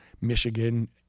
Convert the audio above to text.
Michigan